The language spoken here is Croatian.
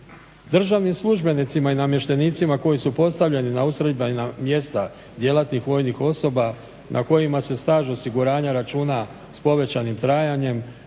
Državnim službenicima i namještenicima koji su postavljeni na ustrojbena mjesta djelatnih vojnih osoba na kojima se staž osiguranja računa s povećanim trajanjem,